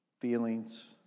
feelings